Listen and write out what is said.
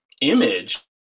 image